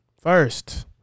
First